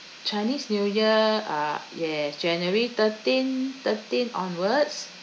chinese new year uh yes january thirteen thirteen onwards